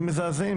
הם מזעזעים.